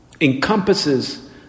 encompasses